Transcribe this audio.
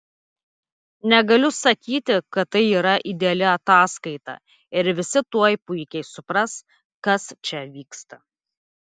negaliu sakyti kad tai yra ideali ataskaita ir visi tuoj puikiai supras kas čia vyksta